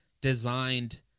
designed